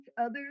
others